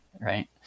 right